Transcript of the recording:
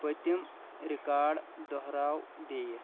پٔتِم رِکارڈ دُہراو بیٚیہِ